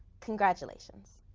congratulations.